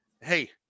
hey